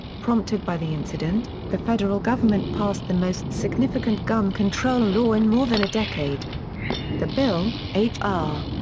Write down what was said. prompted by the incident, the federal government passed the most significant gun control law in more than a decade the bill, h ah